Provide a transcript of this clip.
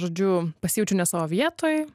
žodžiu pasijaučiau ne savo vietoj